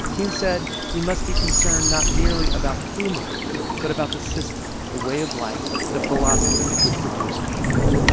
king said we must be concerned not merely about who murdered him but about the system, the way of life, the philosophy which produced the murder.